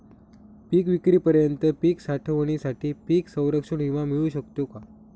पिकविक्रीपर्यंत पीक साठवणीसाठी पीक संरक्षण विमा मिळू शकतो का?